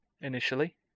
initially